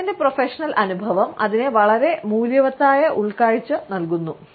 അദ്ദേഹത്തിന്റെ പ്രൊഫഷണൽ അനുഭവം അതിനെ വളരെ മൂല്യവത്തായ ഉൾക്കാഴ്ച നൽകുന്നു